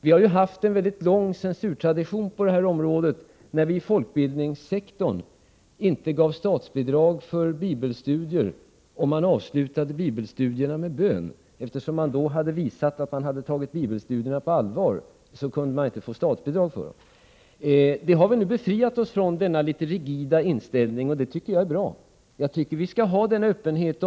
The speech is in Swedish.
Vi har ju haft en lång censurtradition på det här området, när vi i folkbildningssektorn inte gav statsbidrag för bibelstudier om man avslutade bibelstudierna med bön; eftersom man då hade visat att man tagit bibelstudierna på allvar kunde man inte få statsbidrag för dem. Denna något rigida inställning har vi nu befriat oss från, och det tycker jag är bra. Jag tycker att vi skall ha den öppenheten.